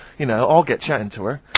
you know, i'll get chatting to her,